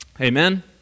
Amen